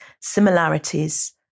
similarities